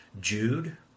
jude